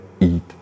eat